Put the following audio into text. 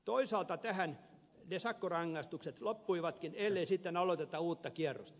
toisaalta tähän ne sakkorangaistukset loppuivatkin ellei sitten aloiteta uutta kierrosta